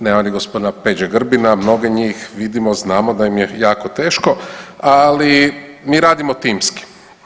Nema ni gospodina Peđe Grbina, mnoge njih vidimo, znamo da im je jako teško ali mi radimo timski.